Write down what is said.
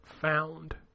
Found